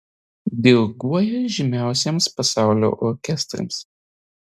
diriguoja žymiausiems pasaulio orkestrams